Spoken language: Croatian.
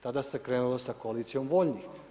Tada se krenulo sa koalicijom voljnih.